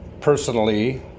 Personally